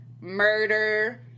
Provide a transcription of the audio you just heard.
murder